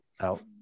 out